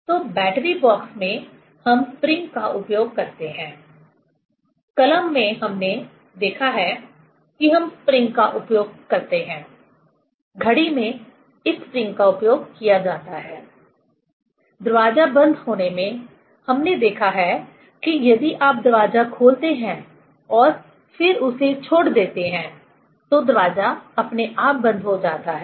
तो battery box में हम स्प्रिंग का उपयोग करते हैं कलम में हमने देखा है कि हम स्प्रिंग का उपयोग करते हैं घड़ी में इस स्प्रिंग का उपयोग किया जाता है दरवाजा बंद होने में हमने देखा है कि यदि आप दरवाजा खोलते हैं और फिर उसे छोड़ देते हैं तो दरवाजा अपने आप बंद हो जाता है